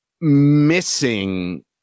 missing